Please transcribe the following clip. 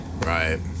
Right